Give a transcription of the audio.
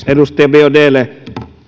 edustaja biaudetlle